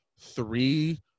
three